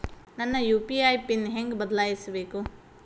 ನನ್ನ UPI PIN ಹೆಂಗ್ ಬದ್ಲಾಯಿಸ್ಬೇಕು?